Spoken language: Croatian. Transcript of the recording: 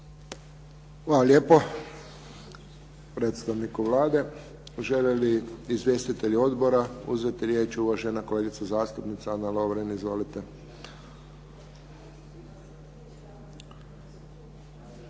Hvala lijepo predstavniku Vlade. Žele li izvjestitelji odbora uzeti riječ? Uvažena kolegica zastupnica Ana Lovrin. Izvolite.